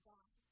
God